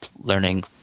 learning